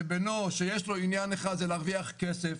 הרי המטרה היא להבין את מצב המשק,